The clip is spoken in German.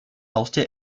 haustier